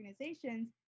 organizations